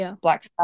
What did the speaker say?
Black